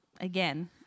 Again